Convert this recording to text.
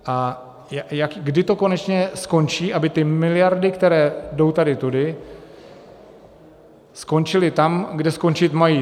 A kdy to konečně skončí, aby ty miliardy, které jdou tady tudy, skončily tam, kde skončit mají?